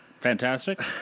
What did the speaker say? Fantastic